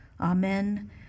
Amen